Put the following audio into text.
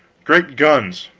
great guns